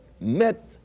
met